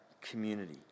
community